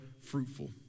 fruitful